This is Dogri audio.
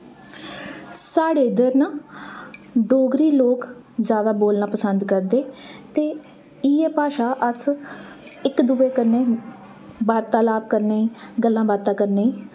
साढ़े इद्धर ना डोगरी लोक जैदा बोलना पसंद करदे ते इयै भाशा अस इक दुऐ कन्ने बार्तालाब करने गी गल्लां बातां करने गी